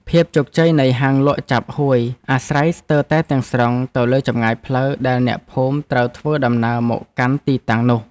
ភាពជោគជ័យនៃហាងលក់ចាប់ហួយអាស្រ័យស្ទើរតែទាំងស្រុងទៅលើចម្ងាយផ្លូវដែលអ្នកភូមិត្រូវធ្វើដំណើរមកកាន់ទីតាំងនោះ។